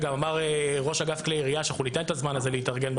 וגם אמר ראש אגף כלי ירייה שאנחנו ניתן את הזמן הזה להתארגן,